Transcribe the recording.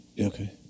okay